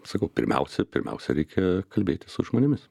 sakau pirmiausia pirmiausia reikia kalbėtis su žmonėmis